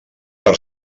per